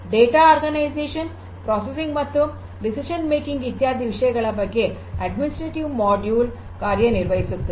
data organisation processing ಮತ್ತು ನಿರ್ಧಾರ ತೆಗೆದುಕೊಳ್ಳುವುದು ಇತ್ಯಾದಿ ವಿಷಯಗಳ ಬಗ್ಗೆ ಆಡಳಿತಾತ್ಮಕ ಮಾಡ್ಯೂಲ್ ಕಾರ್ಯ ನಿರ್ವಹಿಸುತ್ತದೆ